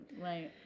right